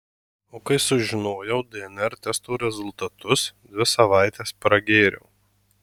o kai sužinojau dnr testo rezultatus dvi savaites pragėriau